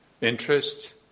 interest